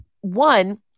one